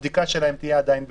הבדיקה שלהם תהיה עדיין בתוקף.